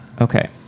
Okay